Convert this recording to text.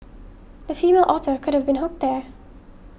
the female otter could have been hooked there